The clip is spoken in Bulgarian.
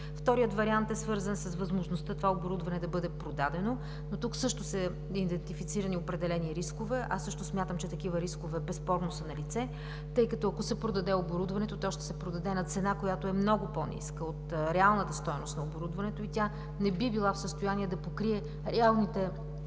Вторият вариант е свързан с възможността това оборудване да бъде продадено, но тук също са идентифицирани определени рискове. Аз също смятам, че такива рискове безспорно са налице, тъй като ако се продаде оборудването, то ще се продаде на цена, която е много по-ниска от реалната стойност на оборудването и тя не би била в състояние да покрие реалните